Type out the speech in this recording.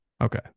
Okay